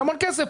זה המון כסף.